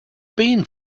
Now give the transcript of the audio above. been